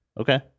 okay